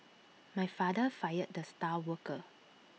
my father fired the star worker